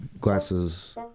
glasses